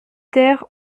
terre